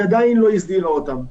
היא עדיין לא הסדירה אותם.